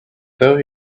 though